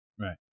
Right